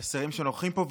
את השרים שנוכחים פה,